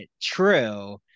true